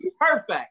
perfect